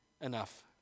enough